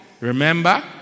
Remember